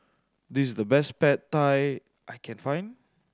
this is the best Pad Thai I can find